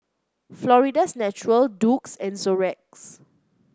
Florida's Natural Doux and Xorex